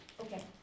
okay